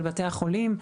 של בתי החולים.